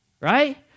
Right